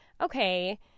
okay